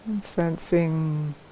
sensing